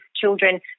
children